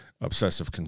obsessive